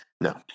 No